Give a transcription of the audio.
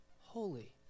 holy